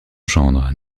gendre